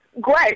great